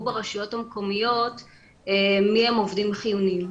ברשויות המקומיות מי הם עובדים חיוניים.